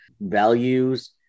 values